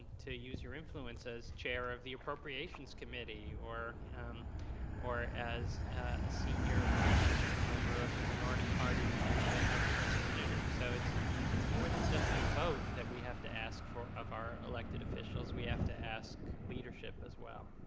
to use your influence as chair of the appropriations committee or um or as a senior member of the minority party in the house of representatives. so it's it's more than just a vote that we have to ask of our elected officials. we have to ask leadership as well.